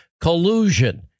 Collusion